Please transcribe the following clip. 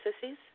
sissies